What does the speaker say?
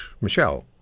Michelle